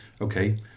okay